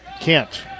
Kent